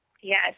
Yes